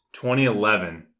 2011